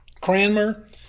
Cranmer